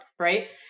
Right